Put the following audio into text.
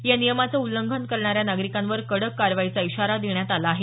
या नियमाचं उल्लंघन करणाऱ्या नागरिकांवर कडक कारवाईचा इशारा देण्यात आला आहे